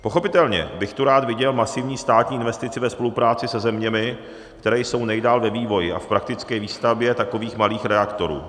Pochopitelně bych tu rád viděl masivní státní investici ve spolupráci se zeměmi, které jsou nejdál ve vývoji a v praktické výstavbě takových malých reaktorů.